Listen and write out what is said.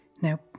Now